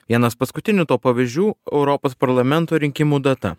vienas paskutinių to pavyzdžių europos parlamento rinkimų data